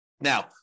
Now